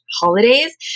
holidays